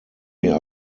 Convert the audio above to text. mir